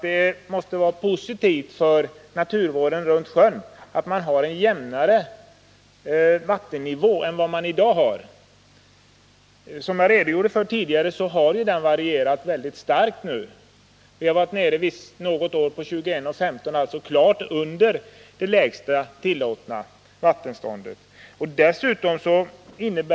Det måste vara positivt för naturvården runt sjön om vattennivån hålls jämnare Nr 148 äni dag. Den har, som jag tidigare redogjort för, varierat starkt. Något år har Onsdagen den den varit nere på 21,15 meter, alltså klart under det lägsta tillåtna 21 maj 1980 vattenståndet.